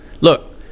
Look